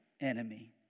enemy